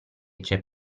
c’è